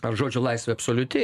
ar žodžio laisvė absoliuti